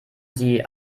sie